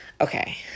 okay